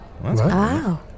wow